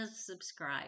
subscribe